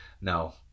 no